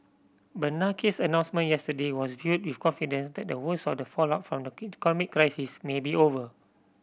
Bernanke's announcement yesterday was viewed with confidence that the worst of the fallout from the economic crisis may be over